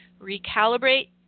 Recalibrate